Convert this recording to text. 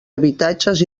habitatges